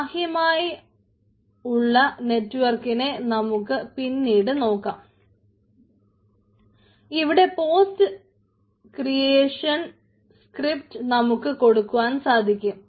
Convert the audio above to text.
ബാഹ്യമായ ഉള്ള നെറ്റ്വർക്കിനെ നമുക്ക് പിന്നീട് നോക്കാം ഇവിടെ പോസ്റ്റ് ക്രിയേഷൻസ് സ്ക്രിപ്റ്റ് നമുക്ക് കൊടുക്കുവാൻ സാധിക്കും